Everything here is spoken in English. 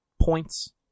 points